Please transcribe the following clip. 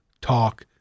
Talk